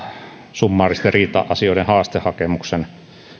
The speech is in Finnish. summaaristen riita asioiden haastehakemuksen